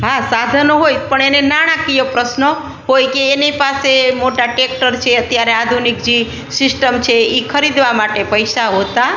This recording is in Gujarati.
હા સાધનો હોય પણ એને નાણાકીય પ્રશ્ન હોય કે એની પાસે મોટા ટેક્ટર છે અત્યારે આધુનિક જે સિસ્ટમ છે એ ખરીદવા માટે પૈસા હોતા